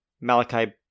Malachi